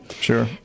Sure